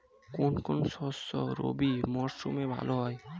কোন কোন শস্য রবি মরশুমে ভালো হয়?